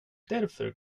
därför